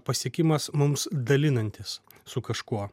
pasiekimas mums dalinantis su kažkuo